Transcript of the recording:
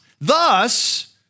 Thus